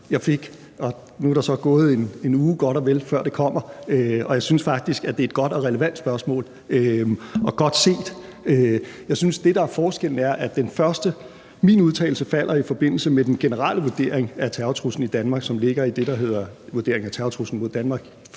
jeg fik. Og nu er der så gået en uge godt og vel, før det kommer, og jeg synes faktisk, at det er et godt og relevant spørgsmål, og at det er godt set. Jeg synes, at det, der er forskellen, er, at min udtalelse falder i forbindelse med den generelle vurdering af terrortruslen i Danmark, som ligger i det, der hedder »Vurdering af terrortruslen mod Danmark